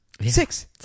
Six